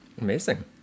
amazing